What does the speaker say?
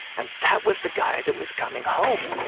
and that was the guy that was coming home.